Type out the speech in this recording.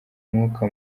umwuka